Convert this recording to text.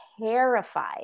terrified